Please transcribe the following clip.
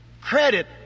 credit